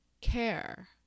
care